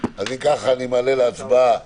אם כך, אני מעלה להצבעה